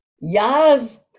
yes